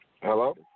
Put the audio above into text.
hello